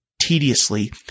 tediously